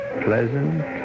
pleasant